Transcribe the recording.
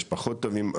יש פחות טובים,